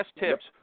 tips